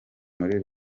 muri